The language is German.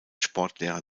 sportlehrer